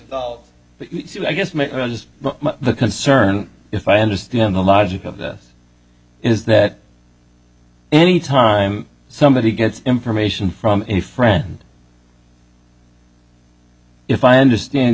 but i guess the concern if i understand the logic of this is that any time somebody gets information from a friend if i understand